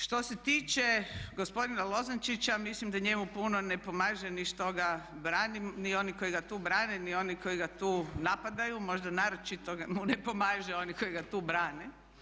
Što se tiče gospodina Lozančića mislim da njemu puno ne pomaže ni što ga branimo, ni oni koji ga tu brane ni oni koji ga tu napadaju, možda naročito mu ne pomaže oni koji ga tu brane.